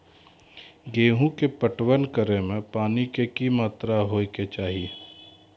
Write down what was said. गेहूँ के पटवन करै मे पानी के कि मात्रा होय केचाही?